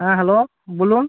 হ্যাঁ হ্যালো বলুন